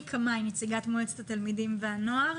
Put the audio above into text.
אני נציגת מועצת התלמידים והנוער